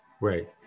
Right